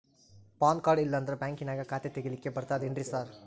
PAN card ಇಲ್ಲಂದ್ರ ಬ್ಯಾಂಕಿನ್ಯಾಗ ಖಾತೆ ತೆಗೆಲಿಕ್ಕಿ ಬರ್ತಾದೇನ್ರಿ ಸಾರ್?